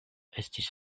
estis